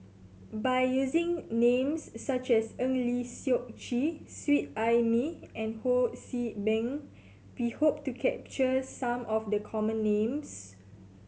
by using names such as Eng Lee Seok Chee Seet Ai Mee and Ho See Beng we hope to capture some of the common names